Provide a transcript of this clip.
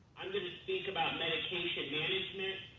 um and speak about medication management,